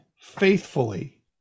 faithfully